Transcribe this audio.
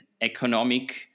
economic